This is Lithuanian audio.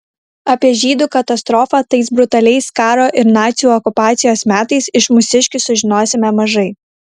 apie žydų katastrofą tais brutaliais karo ir nacių okupacijos metais iš mūsiškių sužinosime mažai